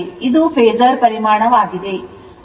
ಇದು ಫೇಸರ್ ಪರಿಮಾಣವಾಗಿದೆ